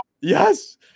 Yes